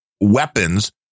weapons